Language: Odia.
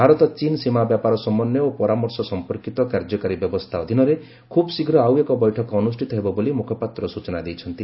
ଭାରତ ଚୀନ୍ ସୀମା ବ୍ୟାପାର ସମନ୍ୱୟ ଓ ପରାମର୍ଶ ସମ୍ପର୍କିତ କାର୍ଯ୍ୟକାରୀ ବ୍ୟବସ୍ଥା ଅଧୀନରେ ଖୁବ୍ ଶୀଘ୍ର ଆଉ ଏକ ବୈଠକ ଅନୁଷ୍ଠିତ ହେବ ବୋଲି ମୁଖପାତ୍ର ସୂଚନା ଦେଇଛନ୍ତି